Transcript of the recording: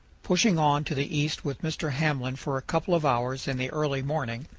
pushing on to the east with mr. hamblin for a couple of hours in the early morning,